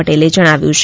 પટેલે જણાવ્યું છે